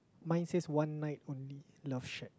mine says one night only love shack